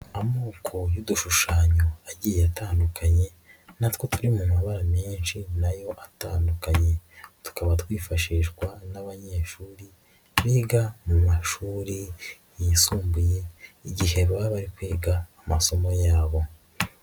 Amoko y'udushushanyo agiye atandukanye natwo turi mu mabara menshi nayo atandukanye, tukaba twifashishwa n'abanyeshuri biga mu mashuri yisumbuye, igihe baba bari kwiga amasomo yabo.